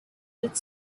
that